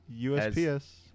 USPS